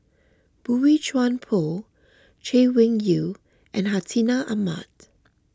Boey Chuan Poh Chay Weng Yew and Hartinah Ahmad